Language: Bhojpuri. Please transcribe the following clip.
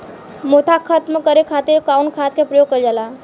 मोथा खत्म करे खातीर कउन खाद के प्रयोग कइल जाला?